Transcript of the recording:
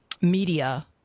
media